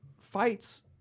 fights